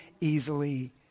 easily